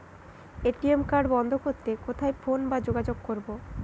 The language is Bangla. এ.টি.এম কার্ড বন্ধ করতে কোথায় ফোন বা যোগাযোগ করব?